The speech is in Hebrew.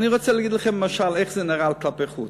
ואני רוצה להגיד לכם משל איך זה נראה כלפי חוץ.